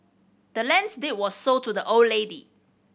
the land's deed was sold to the old lady